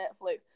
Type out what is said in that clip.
Netflix